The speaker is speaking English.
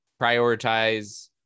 prioritize